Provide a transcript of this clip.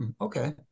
Okay